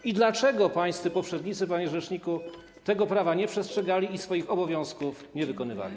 I dlaczego pańscy poprzednicy, panie rzeczniku, tego prawa nie przestrzegali i swoich obowiązków nie wykonywali?